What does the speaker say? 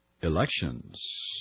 elections